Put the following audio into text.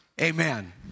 Amen